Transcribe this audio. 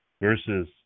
versus